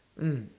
mm